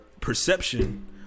perception